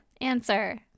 Answer